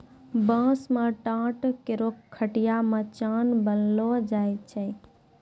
बांस सें ठाट, कोरो, खटिया, मचान बनैलो जाय छै